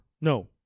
No